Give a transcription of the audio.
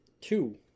Two